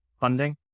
funding